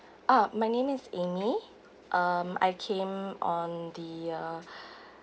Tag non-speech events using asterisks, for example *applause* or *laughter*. ah my name is amy um I came on the uh *breath*